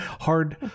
hard